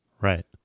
Right